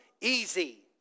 easy